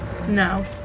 No